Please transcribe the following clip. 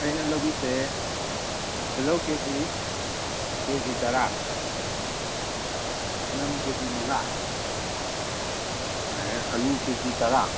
ꯑꯩꯅ ꯂꯧꯈ꯭ꯔꯤꯁꯦ ꯇꯤꯜꯍꯧ ꯀꯦ ꯖꯤ ꯀꯦ ꯖꯤ ꯇꯔꯥ ꯆꯅꯝ ꯀꯦ ꯖꯤ ꯃꯉꯥ ꯑꯗꯩ ꯑꯂꯨ ꯀꯦ ꯖꯤ ꯇꯔꯥ